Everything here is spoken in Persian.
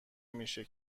میشه